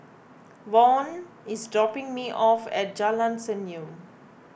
Vaughn is dropping me off at Jalan Senyum